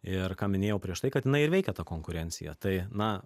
ir ką minėjau prieš tai kad jinai ir veikia ta konkurencija tai na